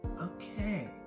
Okay